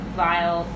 vial